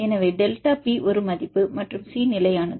எனவே delta B ஒரு மதிப்பு மற்றும் சி நிலையானது